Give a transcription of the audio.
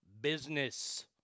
business